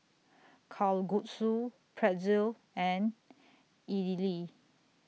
Kalguksu Pretzel and Idili